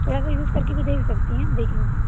थोड़ा सा यूज़ करके भी देख सकती हैं आप देख लीजिए